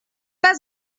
pas